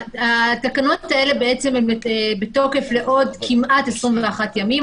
התקנות האלה בתוקף לעוד כמעט 21 ימים.